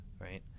right